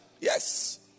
Yes